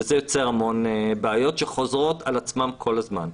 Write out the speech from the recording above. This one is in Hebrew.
זה יוצר המון בעיות שחוזרות על עצמן כל הזמן.